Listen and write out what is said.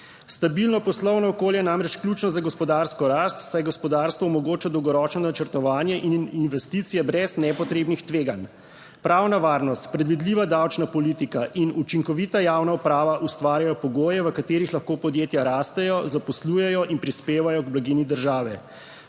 Stabilno poslovno okolje je namreč ključno za gospodarsko rast, saj gospodarstvo omogoča dolgoročno načrtovanje in investicije brez nepotrebnih tveganj. Pravna varnost, predvidljiva davčna politika in učinkovita javna uprava ustvarjajo pogoje, v katerih lahko podjetja rastejo, zaposlujejo in prispevajo k blaginji države.